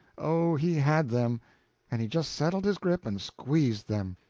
oh, he had them and he just settled his grip and squeezed them.